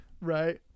Right